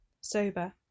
sober